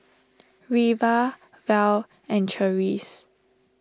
Reva Val and Charisse